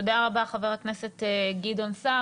תודה רבה, חבר הכנסת גדעון סער.